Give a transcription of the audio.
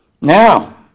Now